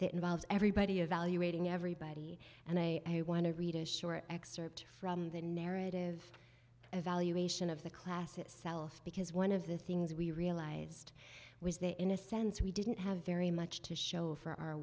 that involves everybody evaluating everybody and i want to read a short excerpt from the narrative evaluation of the class itself because one of the things we realized was that in a sense we didn't have very much to show for our